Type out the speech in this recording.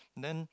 then